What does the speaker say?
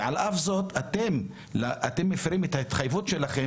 ועל אף זאת אתם מפרים את ההתחייבות שלהם